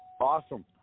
Awesome